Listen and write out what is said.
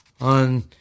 on